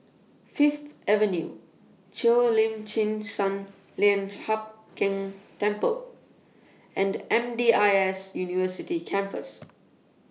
Fifth Avenue Cheo Lim Chin Sun Lian Hup Keng Temple and M D I S University Campus